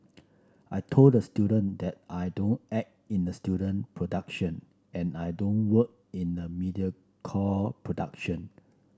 I told the student that I don't act in a student production and I don't work in a mediocre production